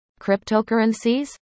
cryptocurrencies